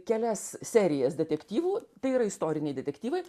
kelias serijas detektyvų tai yra istoriniai detektyvai